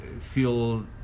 feel